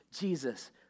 Jesus